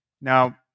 Now